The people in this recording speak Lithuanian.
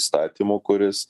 statymu kuris